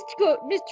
Mr